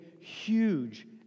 huge